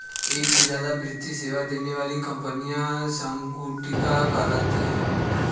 एक से ज्यादा वित्तीय सेवा देने वाली कंपनियां संगुटिका कहलाती हैं